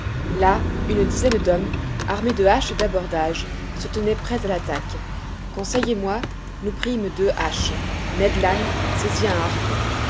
là une dizaine d'hommes armés de haches d'abordage se tenaient prêts à l'attaque conseil et moi nous prîmes deux haches ned land saisit un harpon